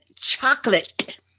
chocolate